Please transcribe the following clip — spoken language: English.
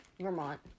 Vermont